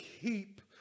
keep